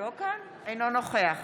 אינו נוכח